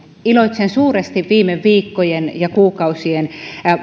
iloitsen suuresti siitä viime viikkojen ja kuukausien